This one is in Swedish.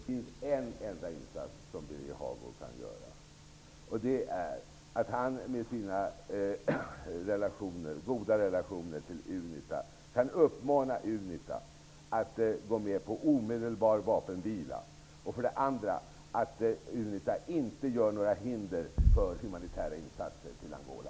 Herr talman! Det finns en enda insats som Birger Hagård kan göra. Med sina goda relationer till Unita kan han uppmana dem att gå med på omedelbar vapenvila och att inte hindra humanitära insatser till Angola.